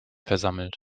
versammelt